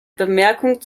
bemerkung